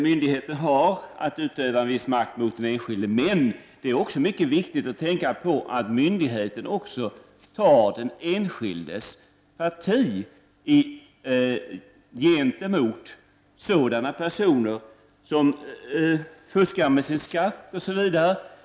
Myndigheten har att utöva en viss makt mot den enskilde, men det är också mycket viktigt att tänka på att myndigheten också tar den enskildes parti gentemot sådana personer som fuskar med sin skatt, osv.